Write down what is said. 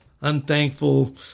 Unthankful